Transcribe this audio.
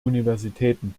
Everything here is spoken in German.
universitäten